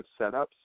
setups